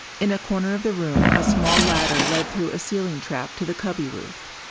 in a corner of the room a small ladder led through a ceiling trap to the cubby roof.